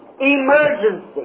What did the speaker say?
emergency